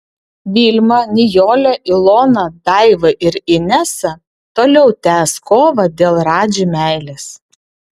vilma nijolė ilona daiva ir inesa toliau tęs kovą dėl radži meilės